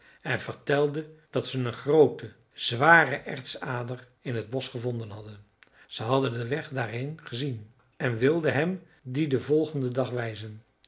en vertelden dat ze een groote zware ertsader in het bosch gevonden hadden ze hadden den weg daarheen gezien en wilden hem dien den volgenden dag wijzen